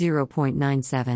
0.97